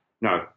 No